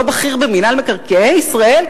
אותו בכיר במינהל מקרקעי ישראל,